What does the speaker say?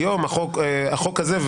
החוק הזה,